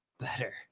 better